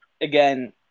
again